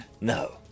No